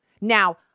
Now